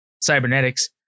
Cybernetics